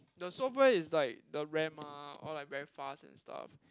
the software is like the Ram mah all like very fast and stuff